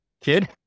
kid